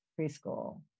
preschool